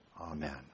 Amen